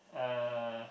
uh